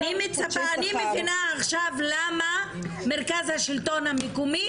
אני מבינה עכשיו למה מרכז השלטון המקומי